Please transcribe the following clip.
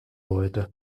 wollte